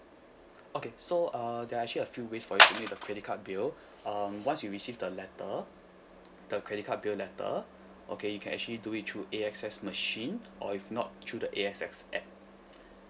okay so uh there are actually a few ways for you to pay the credit card bill um once you receive the letter the credit card bill letter okay you can actually do it through A_X_S machine or if not through the A_X_S app